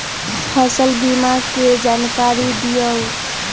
फसल बीमा के जानकारी दिअऊ?